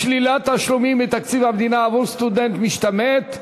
שלילת תשלומים מתקציב המדינה עבור סטודנט משתמט),